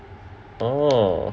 oh